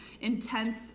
intense